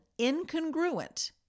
incongruent